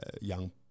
young